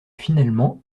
finalement